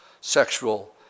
sexual